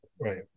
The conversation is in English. Right